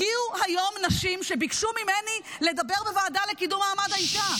הגיעו היום נשים שביקשו ממני לדבר בוועדה לקידום מעמד האישה.